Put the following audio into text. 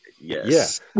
Yes